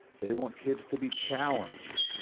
they want kids to be challenged.